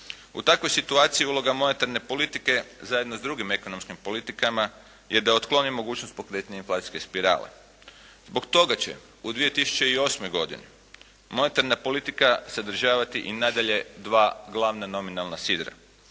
U takvoj situaciji uloga monetarne politike zajedno sa drugim ekonomskim politikama je da otkloni mogućnost pokretnije inflacijske spirale. Zbog toga će u 2008. godini monetarna politika sadržavati i nadalje dva glavna nominalna sidra.